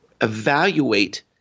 evaluate